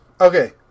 Okay